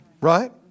right